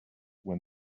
when